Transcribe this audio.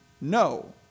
No